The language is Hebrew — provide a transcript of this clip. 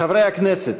חברי הכנסת,